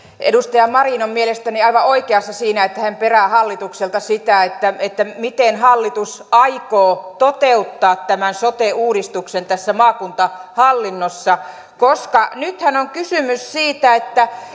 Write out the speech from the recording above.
edustaja marin on mielestäni aivan oikeassa siinä että hän perää hallitukselta sitä miten hallitus aikoo toteuttaa tämän sote uudistuksen tässä maakuntahallinnossa koska nythän on kysymys siitä että